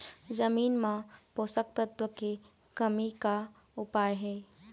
जमीन म पोषकतत्व के कमी का उपाय हे?